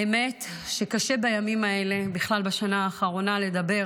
האמת שקשה בימים האלה, בכלל בשנה האחרונה, לדבר